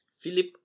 Philip